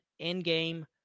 Endgame